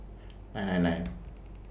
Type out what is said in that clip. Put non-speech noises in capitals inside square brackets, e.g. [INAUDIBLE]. nine hundred nine [NOISE]